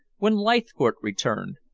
when leithcourt returned,